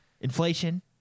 Inflation